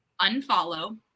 unfollow